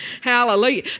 Hallelujah